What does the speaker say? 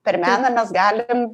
per meną mes galim